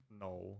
No